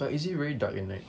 but is it really dark at night